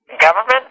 Government